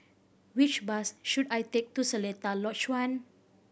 which bus should I take to Seletar Lodge One